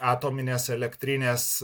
atominės elektrinės